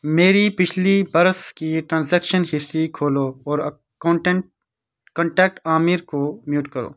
میری پچھلی برس کی ٹرانزیکشن ہسٹری کھولو اور کونٹینٹ کونٹیکٹ عامر کو میوٹ کرو